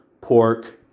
pork